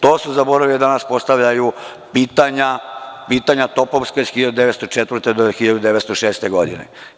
To su zaboravili i danas postavljaju pitanja, pitanja topovske iz 1904. do 1906. godine.